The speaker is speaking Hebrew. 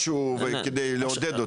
משהו כדי לעודד אותו.